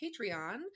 Patreon